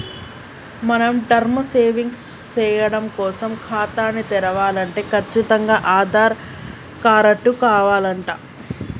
మనం term savings సేయడం కోసం ఖాతాని తెరవలంటే కచ్చితంగా ఆధార్ కారటు కావాలంట